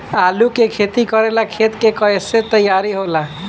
आलू के खेती करेला खेत के कैसे तैयारी होला?